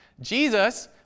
Jesus